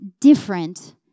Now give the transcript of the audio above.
different